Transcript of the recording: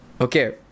Okay